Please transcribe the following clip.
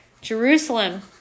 Jerusalem